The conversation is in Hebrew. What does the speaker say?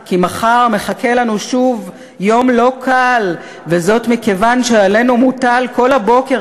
/ כי מחר מחכה לנו שוב יום לא קל / וזאת מכיוון שעלינו מוטל / כל הבוקר,